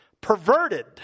Perverted